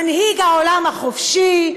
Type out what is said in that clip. מנהיג העולם החופשי,